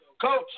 Coach